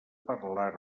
parlar